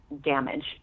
damage